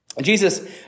Jesus